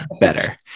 better